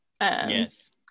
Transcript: Yes